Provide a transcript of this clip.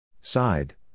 Side